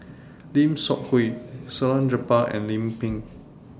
Lim Seok Hui Salleh Japar and Lim Pin